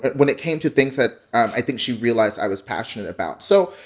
and when it came to things that i think she realized i was passionate about. so,